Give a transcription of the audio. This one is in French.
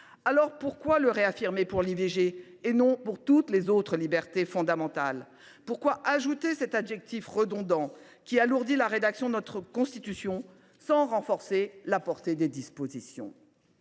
Pourquoi donc le réaffirmer pour l’IVG, et non pour toutes les autres libertés fondamentales ? Pourquoi ajouter cet adjectif redondant, qui alourdit la rédaction de notre Constitution, sans renforcer la portée de ses dispositions ?